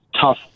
tough